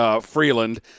Freeland